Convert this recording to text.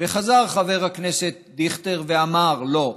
וחזר חבר הכנסת דיכטר ואמר: לא,